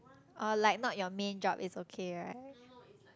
orh like not your main job is okay right